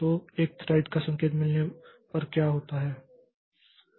तो एक थ्रेड को संकेत मिलने पर क्या होगा